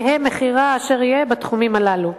יהא מחירה אשר יהא בתחומים הללו.